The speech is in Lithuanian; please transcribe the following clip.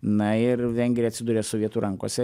na ir vengrija atsiduria sovietų rankose